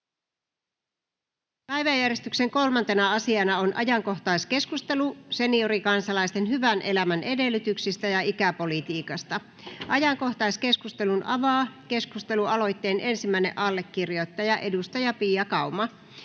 Päiväjärjestyksen 3. asiana on ajankohtaiskeskustelu seniorikansalaisten hyvän elämän edellytyksistä ja ikäpolitiikasta. Ajankohtaiskeskustelun avaa keskustelualoitteen ensimmäinen allekirjoittaja, edustaja Pia Kauma.